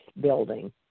building